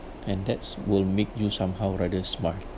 and that's will make you somehow rather smile